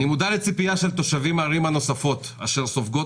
אני מודע לציפייה של תושבי הערים הנוספות אשר סופגות